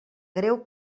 greu